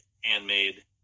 handmade